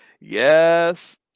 Yes